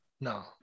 No